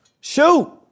Shoot